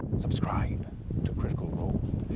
subscribe to critical role.